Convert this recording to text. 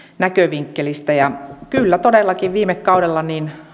näkövinkkelistä kyllä todellakin viime kaudella